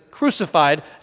crucified